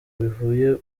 bivuye